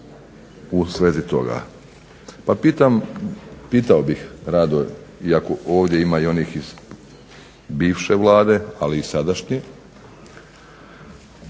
u svezi toga. Pa pitao bih rado iako ovdje ima i onih iz bivše Vlade, a li i sadašnje,